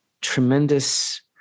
tremendous